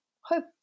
hope